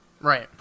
right